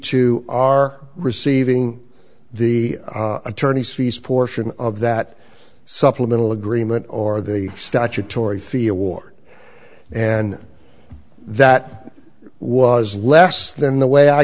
our receiving the attorney's fees portion of that supplemental agreement or the statutory feel war and that was less than the way i